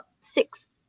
six